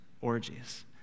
orgies